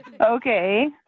Okay